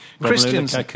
Christian's